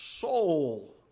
soul